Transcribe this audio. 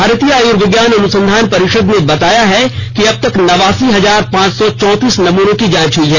भारतीय आयुर्विज्ञान अनुसंधान परिषद ने बताया है कि अब तक नवासी हजार पांच सौ चौतीस नमूनों की जांच हुई है